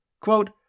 Quote